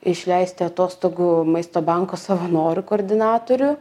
išleisti atostogų maisto banko savanorių koordinatorių